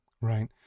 Right